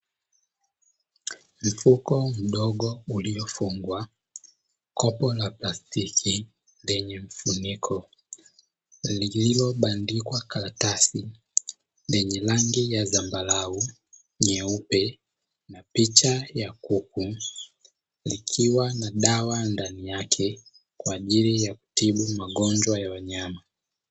Mfuko mdogo uliofungwa, kopo la plastiki lenye mfuniko lililobandikwa karatasi lenye rangi ya zambarau, nyeupe na picha ya kuku likiwa na dawa ndani yake kwa ajili ya kutibu magonjwa ya wanyama.